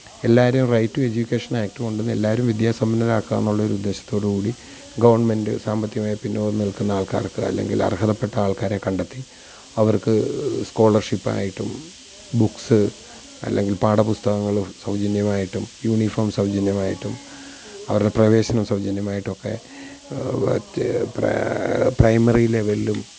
എല്ലാവരേയും right to education act കൊണ്ടു വന്നു എല്ലാവരും വിദ്യാസമ്പന്നരാക്കുക എന്നുള്ള ഒരു ഉദ്ദേശത്തോടു കൂടി ഗവണ്മെന്റ് സാമ്പത്തികമായി പിന്നോക്കം നില്ക്കുന്ന ആള്ക്കാര്ക്ക് അല്ലെങ്കില് അര്ഹതപ്പെട്ട ആള്ക്കാരെ കണ്ടെത്തി അവര്ക്ക് സ്കോളര്ഷിപ്പ് ആയിട്ടും ബുക്സ് അല്ലെങ്കില് പാഠപുസ്തകങ്ങളും സൗജന്യമായിട്ടും യൂണിഫോം സൗജന്യമായിട്ടും അവരുടെ പ്രവേശനം സൗജന്യമായിട്ടും ഒക്കെ മറ്റെ പ്രൈമറി ലെവലിലും